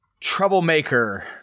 troublemaker